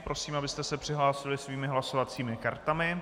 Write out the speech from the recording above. Prosím, abyste se přihlásili svými hlasovacími kartami.